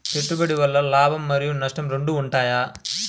పెట్టుబడి వల్ల లాభం మరియు నష్టం రెండు ఉంటాయా?